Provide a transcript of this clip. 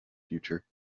future